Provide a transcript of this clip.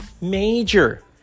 major